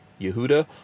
Yehuda